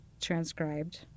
transcribed